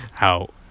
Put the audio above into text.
out